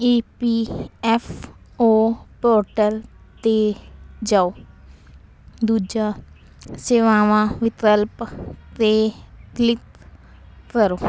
ਈ P F O portal 'ਤੇ ਜਾਓ ਦੂਜਾ ਸੇਵਾਵਾਂ ਵਿਕਲਪ 'ਤੇ ਕਲਿੱਕ ਕਰੋ